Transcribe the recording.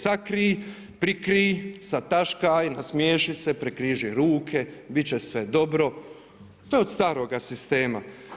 Sakrij, prikrij, zataškaj, nasmiješi se, prekriži ruke, bit će sve dobro. to je od starog sistema.